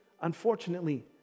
unfortunately